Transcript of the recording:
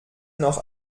noch